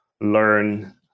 learn